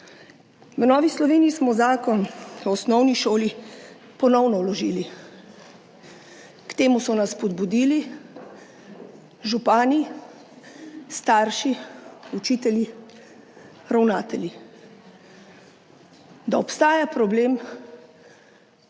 V Novi Sloveniji smo Zakon o osnovni šoli ponovno vložili. K temu so nas spodbudili župani, starši, učitelji, ravnatelji. Da obstaja problem,